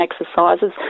exercises